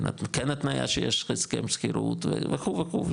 כן התניה שיש לך הסכם שכירות וכו' וכו'